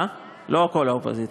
לא כל האופוזיציה.